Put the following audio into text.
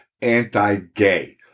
anti-gay